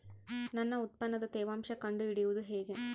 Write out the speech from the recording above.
ನನ್ನ ಉತ್ಪನ್ನದ ತೇವಾಂಶ ಕಂಡು ಹಿಡಿಯುವುದು ಹೇಗೆ?